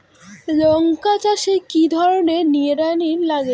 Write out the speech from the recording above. লঙ্কা চাষে কি ধরনের নিড়ানি লাগে?